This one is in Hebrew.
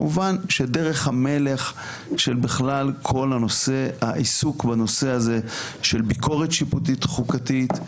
כמובן שדרך המלך של העיסוק בנושא הזה של ביקורת שיפוטית חוקתית,